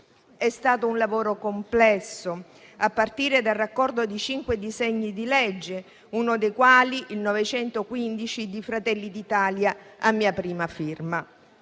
È stato un lavoro complesso, a partire dal raccordo di cinque disegni di legge, uno dei quali, il n. 915, di Fratelli d'Italia, a mia prima firma.